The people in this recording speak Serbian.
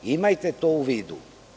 Imajte to u vidu.